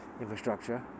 infrastructure